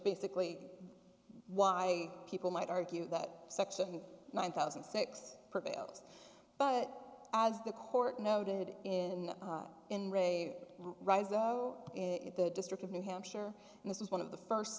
basically why people might argue that section one thousand six prevails but as the court noted in in re rise up in the district of new hampshire and this is one of the first